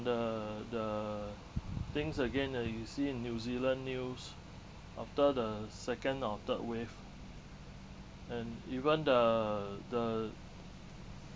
the the things again ah you see in new zealand news after the second or third wave and even the the